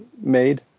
made